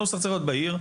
הנוסח צריך להיות בהיר.